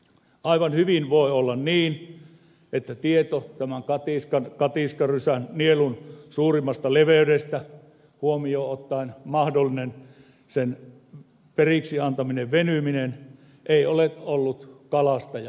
aivan hyvin voi olla niin että tieto tämän katiskarysän nielun suurimmasta leveydestä huomioon ottaen sen mahdollinen periksiantaminen venyminen ei ole ollut kalastajan tiedossa